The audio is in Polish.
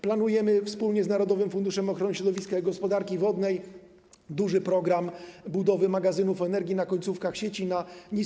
Planujemy wspólnie z Narodowym Funduszem Ochrony Środowiska i Gospodarki Wodnej duży program budowy magazynów energii na końcówkach sieci, na niskim napięciu.